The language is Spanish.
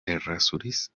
errázuriz